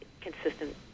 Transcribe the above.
Consistent